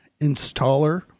installer